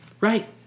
Right